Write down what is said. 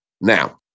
Now